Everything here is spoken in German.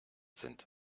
sind